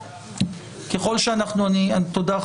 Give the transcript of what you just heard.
תודה,